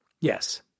Yes